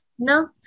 No